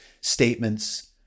statements